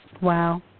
Wow